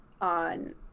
on